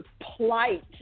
plight